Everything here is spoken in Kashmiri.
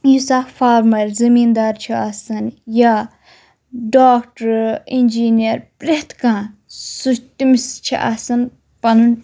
یُس اَکھ فارمَر زٔمیٖندار چھُ آسان یا ڈاکٹر اِنجیٖنیر پرٛیٚتھ کانٛہہ سُہ تٔمِس چھِ آسان پَنُن